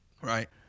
Right